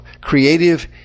creative